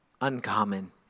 Uncommon